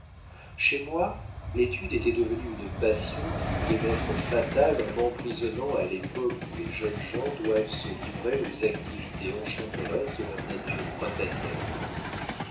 chez moi l'étude était devenue une passion qui pouvait m'être fatale en m'emprisonnant à l'époque où les jeunes gens doivent se livrer aux activités enchanteresses de leur nature printanière